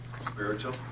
Spiritual